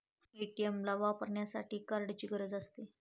ATM ला वापरण्यासाठी कार्डची गरज असते